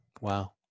Wow